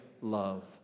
love